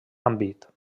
àmbit